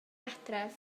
adref